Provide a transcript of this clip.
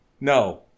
No